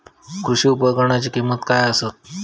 कृषी उपकरणाची किमती काय आसत?